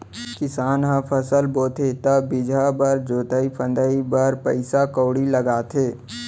किसान ह फसल बोथे त बीजहा बर, जोतई फंदई बर पइसा कउड़ी लगाथे